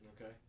Okay